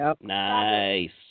Nice